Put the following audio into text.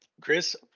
Chris